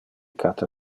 cata